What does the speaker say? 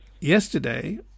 yesterday